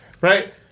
right